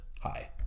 Hi